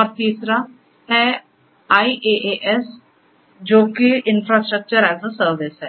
और तीसरा है IaaS जो कि इन्फ्रास्ट्रक्चर एस ए सर्विस है